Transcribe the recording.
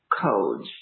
codes